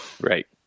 Right